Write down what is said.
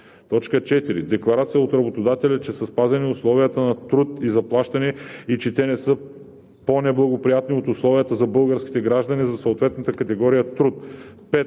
г.; 4. декларация от работодателя, че са спазени условията на труд и заплащане и че те не са по-неблагоприятни от условията за българските граждани за съответната категория труд;